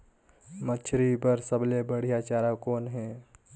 मछरी बर सबले बढ़िया चारा कौन हे?